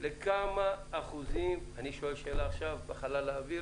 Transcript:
לכמה אחוזים אני שואל שאלה בחלל האוויר